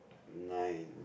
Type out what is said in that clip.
nine